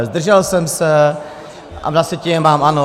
Zdržel jsem se, a na sjetině mám ano.